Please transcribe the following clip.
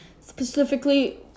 Specifically